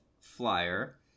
flyer